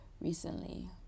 recently